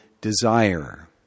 desire